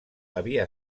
havia